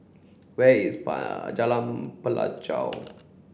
where is Jalan Pelajau